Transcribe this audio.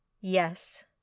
Yes